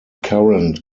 current